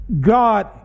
God